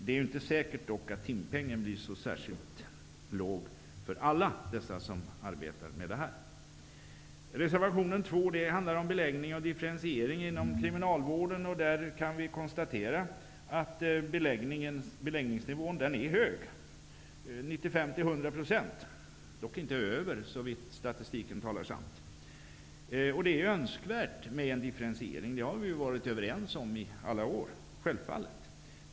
Det är dock inte säkert att timpengen blir så särskilt låg för alla som arbetar med detta. Reservation 2 handlar om beläggning och differentiering inom kriminalvården. Vi kan konstatera att beläggningsnivån är hög, 95--100 %. Den är dock inte över 100 %, om statistiken är riktig. Det är självfallet önskvärt med en differentiering. Det har vi varit överens om under alla år.